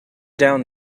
down